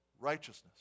righteousness